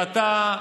ואתה,